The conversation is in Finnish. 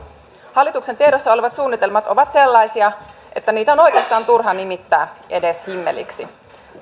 hallituksen tiedossa olevat suunnitelmat ovat sellaisia että niitä on oikeastaan turha nimittää edes himmeliksi